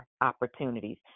opportunities